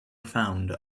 found